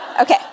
Okay